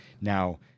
Now